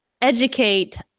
Educate